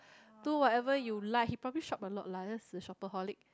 do whatever you like he probably shop a lot lah just like a shopaholic